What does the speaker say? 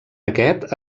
aquest